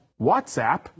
whatsapp